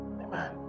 Amen